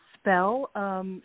spell